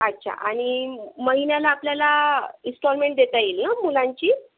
अच्छा आणि महिन्याला आपल्याला इस्टॉलमेंट देता येईल ना मुलांची